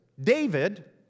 David